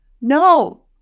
no